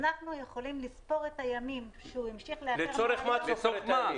אנחנו יכולים לספור את הימים --- לצורך מה את סופרת את הימים?